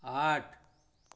आठ